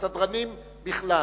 לסדרנים בכלל,